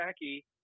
Jackie